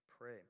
pray